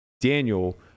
Daniel